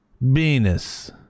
Venus